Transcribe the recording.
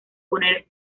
poner